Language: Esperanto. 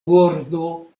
bordo